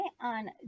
on